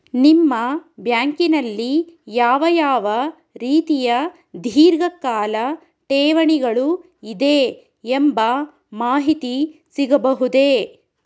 ನಿಮ್ಮ ಬ್ಯಾಂಕಿನಲ್ಲಿ ಯಾವ ಯಾವ ರೀತಿಯ ಧೀರ್ಘಕಾಲ ಠೇವಣಿಗಳು ಇದೆ ಎಂಬ ಮಾಹಿತಿ ಸಿಗಬಹುದೇ?